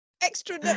extra